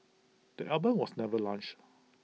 the album was never launched